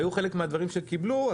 היו חלק מהדברים שקיבלו,